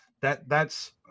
that—that's